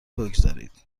بگذارید